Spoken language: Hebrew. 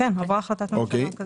כן, הועברה החלטת ממשלה כזאת.